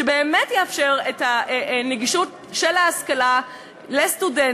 שבאמת יאפשר את הנגישות של ההשכלה לסטודנטים,